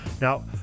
Now